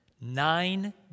Nine